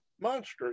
monsters